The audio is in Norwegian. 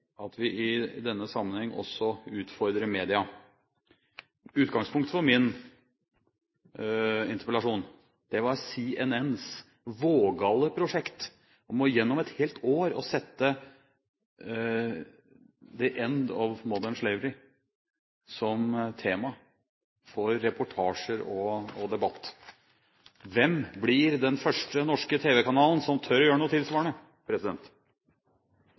at vi i denne sammenheng også utfordrer media. Utgangspunktet for min interpellasjon var CNNs vågale prosjekt om gjennom et helt år å sette «the end of modern slavery» som tema for reportasjer og debatt. Hvilken tv-kanal blir den første norske som tør å gjøre noe tilsvarende?